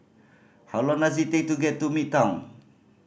how long does it take to get to Midtown